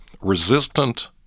resistant